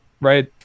right